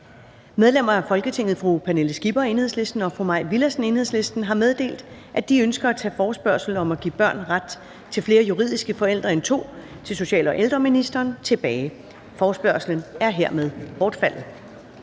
Medlemmer af Folketinget Pernille Skipper (EL) og Mai Villadsen (EL) har meddelt, at de ønsker at tage forespørgsel nr. F 1 om at give børn ret til flere juridiske forældre end to til social- og ældreministeren tilbage. Forespørgslen er hermed bortfaldet.